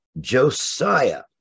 Josiah